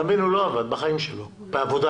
אתה מבין, אכלס, אביעד לא עבד בחיים שלו בעבודה.